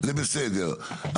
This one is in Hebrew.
זה בסדר,